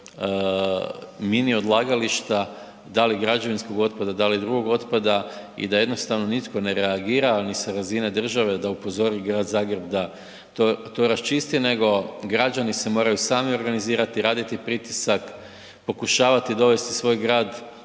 mnogih mini odlagališta, da li građevinskog otpada, da li drugog otpada i da jednostavno nitko ne reagira, a ni sa razine države da upozori Grad Zagreb da to, to raščisti nego građani se moraju sami organizirati, raditi pritisak, pokušavati dovesti svoj grad u neki